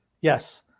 Yes